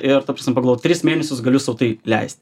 ir ta prasme pagal tris mėnesius galiu sau tai leist